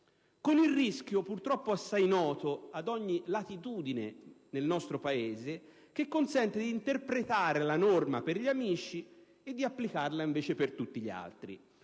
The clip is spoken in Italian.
con il rischio, purtroppo assai noto ad ogni latitudine nel nostro Paese, che consente di interpretare la norma per gli amici e di applicarla invece per tutti gli altri.